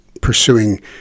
pursuing